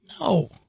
No